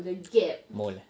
mold eh